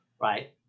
right